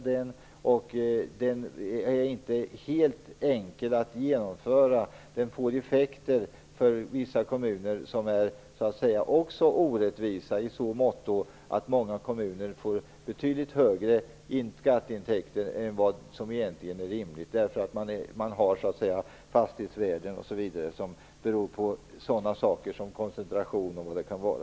Det är inte så enkelt att genomföra den, för det får effekter som är "orättvisa" i så måtto att många kommuner får betydligt större skatteintäkter än som egentligen är rimligt på grund av fastighetsvärden osv. som sammanhänger med koncentration och vad det nu kan vara.